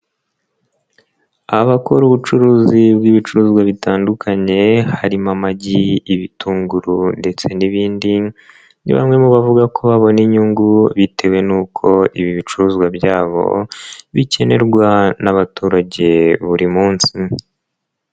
Abakora ubucuruzi bw'ibicuruzwa bitandukanye harimo amagi, ibitunguru ndetse n'ibindi, ni bamwe mu bavuga ko babona inyungu bitewe nuko ibi bicuruzwa byabo bikenerwa n'abaturage buri munsi.